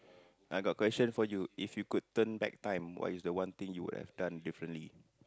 I got question for you if you could turn back time what is the one thing you would have done differently